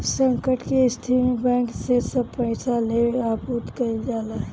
संकट के स्थिति में बैंक से सब पईसा लेके आपूर्ति कईल जाला